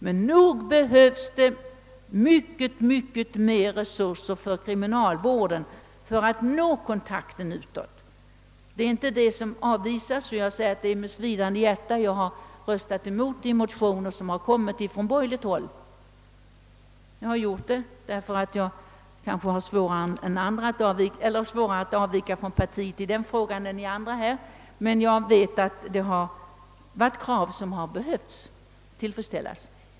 Men nog behöver kriminalvården mycket mer resurser för att kunna åstadkomma kontakten utåt. Det är inte det vi avvisar. Jag måste medge att det är med svidande hjärta som jag har röstat emot de motioner som väckts från borgerligt håll i år. Jag har gjort det därför att jag kanske har svårare att avvika från partiet i denna fråga än andra. Jag vet emellertid, att det rör sig om krav som behövt tillfredsställas.